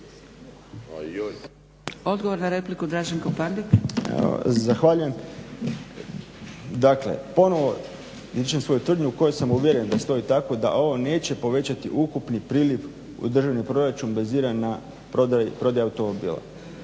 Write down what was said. **Pandek, Draženko (SDP)** Zahvaljujem. Dakle ponovo ističem svoju tvrdnju u koju sam uvjeren da stoji tako da ovo neće povećati ukupni priliv u državni proračun baziran na prodaji automobila